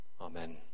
Amen